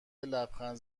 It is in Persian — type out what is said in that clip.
لبخند